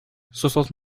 soixante